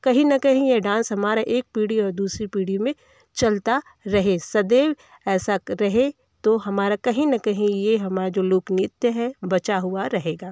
कहीं न कहीं ये डांस हमारा एक पीढ़ी और दूसरी पीढ़ी में चलता रहे सदैव ऐसा रहे तो हमारा कहीं न कहीं ये हमारा जो लोक नृत्य है बचा हुआ रहेगा